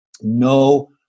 no